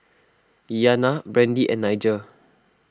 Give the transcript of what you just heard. Iyanna Brandee and Nigel